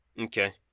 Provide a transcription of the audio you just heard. Okay